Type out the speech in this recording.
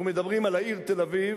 אנחנו מדברים על העיר תל-אביב,